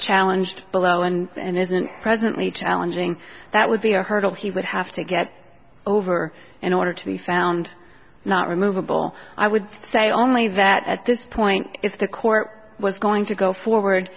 challenged below and and isn't presently challenging that would be a hurdle he would have to get over in order to be found not removable i would say only that at this point if the court was going to go forward